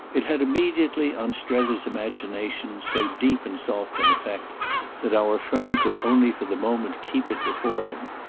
it had immediately, on strether's imagination, so deep and soft an effect that our friend could only for the moment keep it before him.